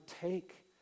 take